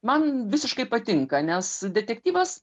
man visiškai patinka nes detektyvas